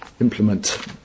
implement